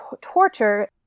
torture